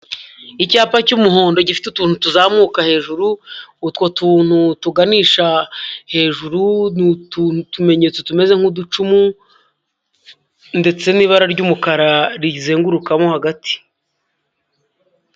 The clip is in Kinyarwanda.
Icyapa cy'umuhondo gifite utuntu tuzamuka hejuru, utwo tuntu tuganisha hejuru, ni utumenyetso tumeze nk'uducumu ndetse n'ibara ry'umukara rizenguruka hagati.